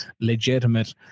legitimate